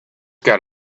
got